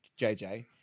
jj